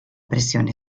pressione